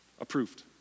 approved